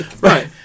Right